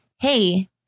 hey